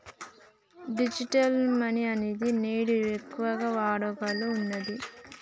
digital money అనేది నేడు ఎక్కువగా వాడుకలో ఉన్నది